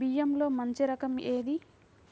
బియ్యంలో మంచి రకం ఏది?